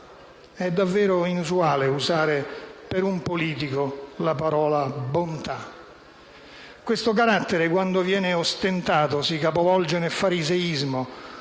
è davvero inusuale per un politico la parola «bontà». Questo carattere, quando viene ostentato, si capovolge nel fariseismo